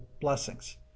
blessings